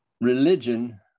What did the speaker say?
Religion